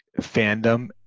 fandom